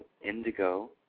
indigo